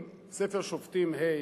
אינו נוכח בנימין בן-אליעזר,